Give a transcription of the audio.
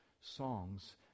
songs